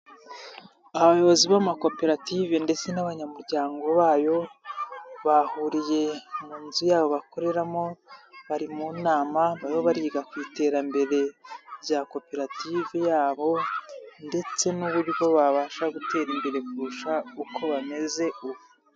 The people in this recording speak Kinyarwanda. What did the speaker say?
Abayobozi b'amakoperative ndetse n'abanyamuryango bayo bahuriye mu nzu yabo bakoreramo bari mu nama barimo bariga ku iterambere rya koperative yabo ndetse n'uburyo babasha gutera imbere kurusha uko bameze ubu.